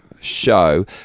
show